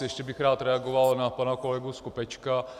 Ještě bych rád reagoval na pana kolegu Skopečka.